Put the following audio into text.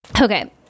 Okay